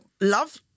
love